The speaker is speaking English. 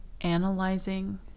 analyzing